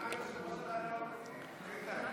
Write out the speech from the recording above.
למה היושב-ראש לא מציג את הצעת החוק?